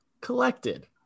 collected